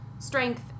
strength